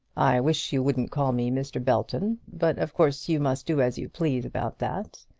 i wish you wouldn't call me mr. belton. but of course you must do as you please about that.